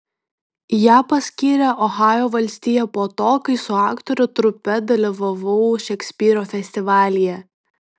ją paskyrė ohajo valstija po to kai su aktorių trupe dalyvavau šekspyro festivalyje